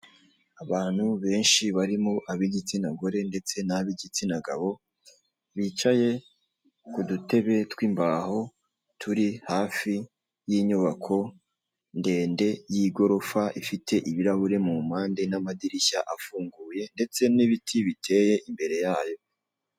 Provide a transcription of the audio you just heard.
Abantu benshi barimo ab'igitsina gore ndetse nab'igitsina gabo bicaye ku dutebe tw'imbaho turi hafi y'inyubako ndende y'igorofa ifite ibirahure mu mpande n'amadirishya afunguye ndetse n'ibiti biteye imbere yayo.